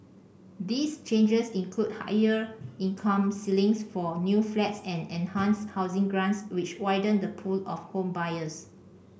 these changes include higher income ceilings for new flats and enhanced housing grants which widen the pool of home buyers